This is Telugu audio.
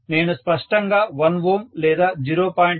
నేను స్పష్టంగా 1 Ω లేదా 0